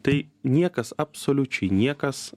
tai niekas absoliučiai niekas